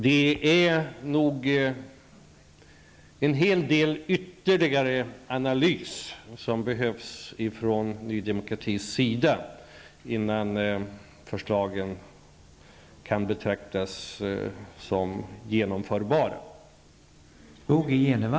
Det krävs en hel del ytterligare analyser från Ny Demokratis sida innan förslagen kan betraktas som genomförbara.